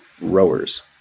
rowers